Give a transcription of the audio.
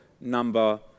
number